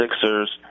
Sixers